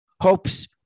hopes